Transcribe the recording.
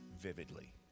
vividly